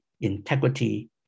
integrity